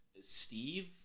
Steve